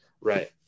Right